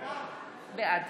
בעד